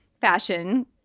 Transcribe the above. fashion